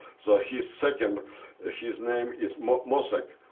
so his second ah his name is mossack,